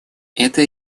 это